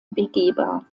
begehbar